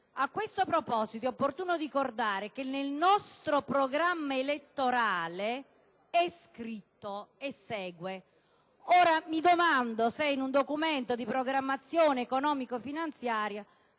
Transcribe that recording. A questo proposito è opportuno ricordare che nel nostro programma elettorale è scritto: (...)». Ora mi domando se in un Documento di programmazione economico-finanziaria